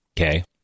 Okay